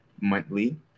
monthly